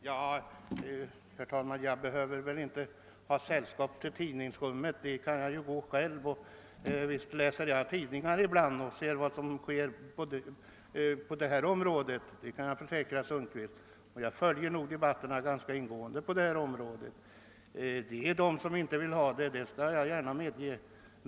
Herr talman! Jag behöver väl inte ha sällskap till tidningsrummet. Dit kan jag gå själv. Visst läser jag tidningar ibland. Jag kan försäkra herr Sundkvist att jag följer debatterna på detta område ganska ingående. Det finns de som inte vill ha detta system — det skall jag gärna medge.